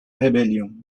rébellion